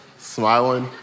smiling